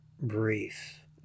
brief